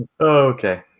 Okay